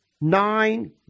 nine